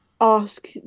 ask